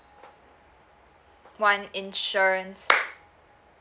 one insurance